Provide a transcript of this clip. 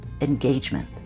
engagement